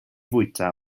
fwyta